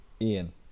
ian